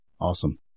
Awesome